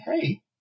hey